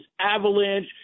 avalanche